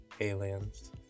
aliens